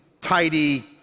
tidy